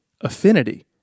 Affinity